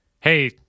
hey